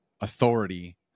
authority